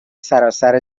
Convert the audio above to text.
سراسر